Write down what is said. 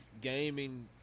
gaming